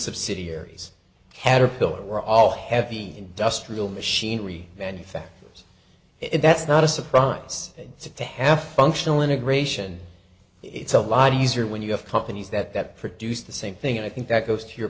subsidiaries caterpillar were all heavy industrial machinery manufacturers and that's not a surprise to to have functional integration it's a lot easier when you have companies that produce the same thing and i think that goes to your